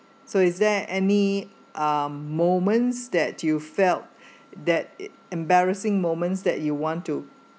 so is there any um moments that you felt that e~ embarrassing moments that you want to